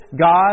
God